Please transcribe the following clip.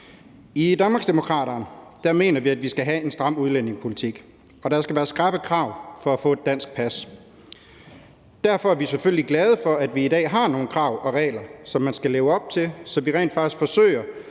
I Danmarksdemokraterne mener vi, at vi skal have en stram udlændingepolitik, og at der skal være skrappe krav for at få et dansk pas. Derfor er vi selvfølgelig glade for, at vi i dag har nogle krav og regler, som man skal leve op til, så vi rent faktisk forsøger